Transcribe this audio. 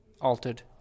Altered